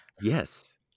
Yes